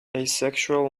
asexual